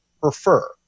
prefer